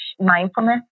mindfulness